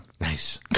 Nice